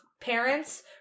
parents